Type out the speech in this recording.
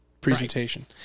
presentation